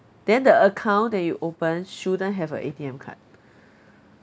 then the account that you open shouldn't have a A_T_M card